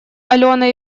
алена